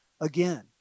again